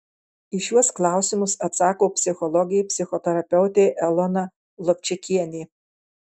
į šiuos klausimus atsako psichologė psichoterapeutė elona lovčikienė